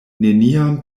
neniam